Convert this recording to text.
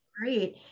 Great